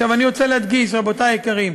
עכשיו אני רוצה להדגיש, רבותי היקרים,